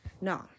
No